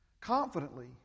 Confidently